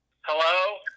Hello